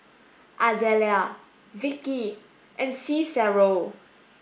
Ardelia Vicky and Cicero